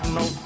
no